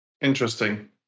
Interesting